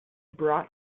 brought